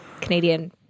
Canadian